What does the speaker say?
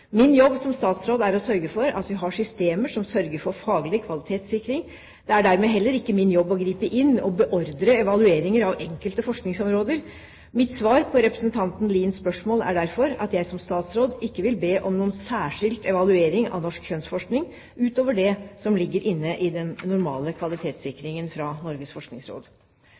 Min jobb som statsråd er å sørge for at vi har systemer som sørger for faglig kvalitetssikring. Det er dermed heller ikke min jobb å gripe inn og å beordre evaluering av enkelte forskningsområder. Mitt svar på representanten Liens spørsmål er derfor at jeg som statsråd ikke vil be om noen særskilt evaluering av norsk kjønnsforskning utover det som ligger inne i den normale kvalitetssikringen fra Norges forskningsråd.